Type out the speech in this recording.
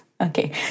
Okay